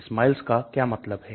SMILES का क्या मतलब है